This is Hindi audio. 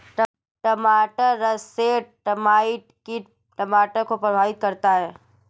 टमाटर रसेट माइट कीट टमाटर को प्रभावित करता है